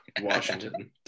Washington